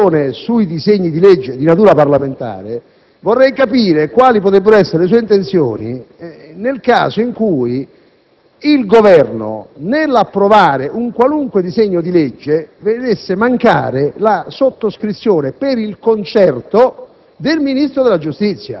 la discussione dei disegni di legge di natura parlamentare, vorrei capire quali potrebbero essere le sue intenzioni nel caso in cui il Governo, approvato un qualunque disegno di legge, vedesse mancare la sottoscrizione per il concerto